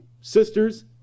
sisters